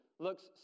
looks